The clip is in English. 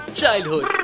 childhood